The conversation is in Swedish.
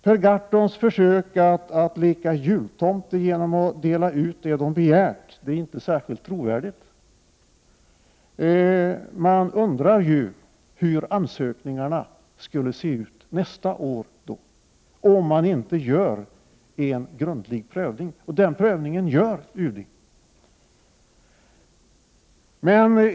Per Gahrtons försök att leka jultomte genom att dela ut de pengar som organisationerna har begärt är inte särskilt trovärdigt. Man undrar hur ansökningarna skulle komma att se ut nästa år, om man inte gör en grundlig prövning. Och den prövningen gör UD.